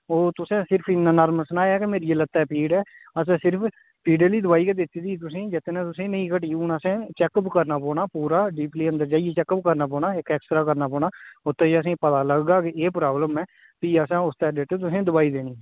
ओह् तुसें सिर्फ इन्ना नार्मल सनाया हा की मेरिये लत्तै पीड़ ऐ असें सिर्फ पीड़े आह्ली दवाई गै दित्ते दी ही तुसें गी जेह्दे ने तुसें नी घटी हून असें चेकअप करना पौना पूरा डीपली अंदर जाइयै चेकअप करना पौना इक ऐक्स रा करने पौना उत्त जाइयै असेंगी पता लग्गगा केह् प्राब्लम ऐ फ्ही असें उस दे रिलेटेड तुसेंगी दवाई देनी